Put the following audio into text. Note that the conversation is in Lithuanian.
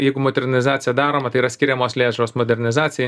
jeigu modernizacija daroma tai yra skiriamos lėšos modernizacija